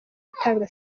itanga